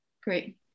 great